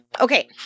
Okay